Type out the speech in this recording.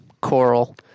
coral